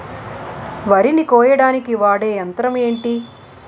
వరి ని కోయడానికి వాడే యంత్రం ఏంటి?